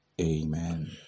Amen